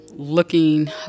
looking